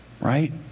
Right